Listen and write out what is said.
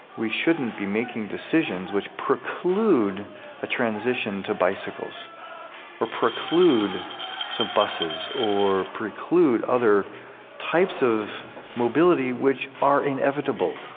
we shouldn't be making decisions which preclude a transition to bicycles or preclude so buses or preclude other types of mobility which are inevitable.